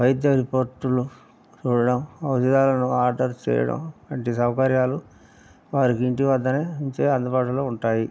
వైద్య రిపోర్టులు చూడటం ఔషధాలను ఆర్డర్ చేయడం వంటి సౌకర్యాలు వారికి ఇంటి వద్దనే ఉంచే అందుబాటులో ఉంటాయి